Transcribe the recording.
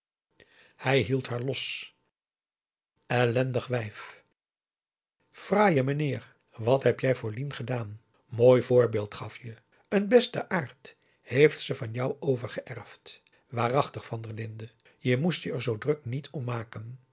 hij liet haar los ellendig wijf fraaie meneer wat heb jij voor lien gedaan mooi voorbeeld gaf je n besten aard heeft ze van jou overgeërfd waarachtig van der linden je moest je er zoo druk niet om maken